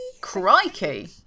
Crikey